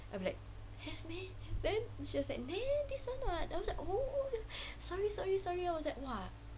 I'm like have meh then she was like nah this [one] [what] I was like oh oh sorry sorry sorry I was like !wah!